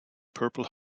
purple